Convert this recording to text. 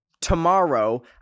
tomorrow